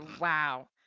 Wow